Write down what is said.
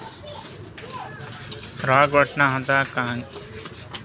ರಾಗ್ವರ್ಟ್ನಂತಹ ಹಾನಿಕಾರಕ ಕಳೆ ಜೇನುನೊಣ ಮತ್ತು ಇತರ ಪರಾಗಸ್ಪರ್ಶಕದ ಉಳಿವಿಗಾಗಿ ಅಮೂಲ್ಯವಾದ ಮಕರಂದವನ್ನು ಉತ್ಪಾದಿಸ್ತವೆ